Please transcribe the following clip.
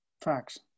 Facts